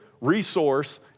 resource